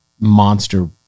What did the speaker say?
monster